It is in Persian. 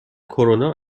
کرونا